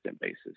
basis